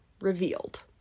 revealed